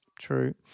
true